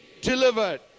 delivered